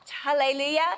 hallelujah